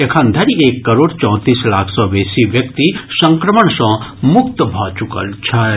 एखन धरि एक करोड़ चौंतीस लाख सँ बेसी व्यक्ति संक्रमण सँ मुक्त भऽ चुकल छथि